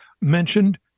mentioned